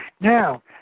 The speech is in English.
now